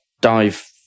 dive